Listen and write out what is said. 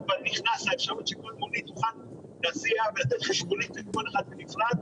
אפשרות שכל מונית תוכל להסיע ולתת חשבונית לכל אחד בנפרד,